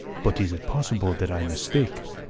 but is it possible that i mistake?